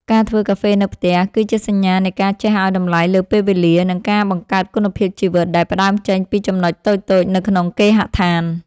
ការធ្វើកាហ្វេនៅផ្ទះ គឺជាសញ្ញានៃការចេះឱ្យតម្លៃលើពេលវេលា និងការបង្កើតគុណភាពជីវិតដែលផ្ដើមចេញពីចំណុចតូចៗនៅក្នុងគេហដ្ឋាន។